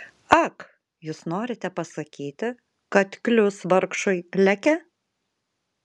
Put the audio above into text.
ak jūs norite pasakyti kad klius vargšui leke